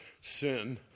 sin